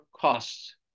costs